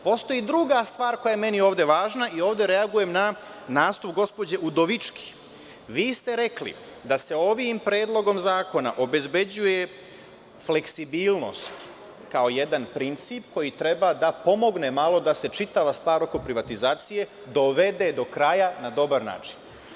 Postoji druga stvar koja je meni važna i ovde reagujem na nastup gospođe Udovički, vi ste rekli da se ovim predlogom obezbeđuje fleksibilnost kao jedan princip koji treba da pomogne malo da se čitava stvar oko privatizacije dovede do kraja na dobar način.